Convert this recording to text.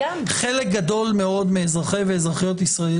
חלק גדול מאוד מאזרחי ואזרחיות ישראל